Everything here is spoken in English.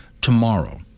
tomorrow